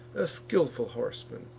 a skilful horseman,